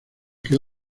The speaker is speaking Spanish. que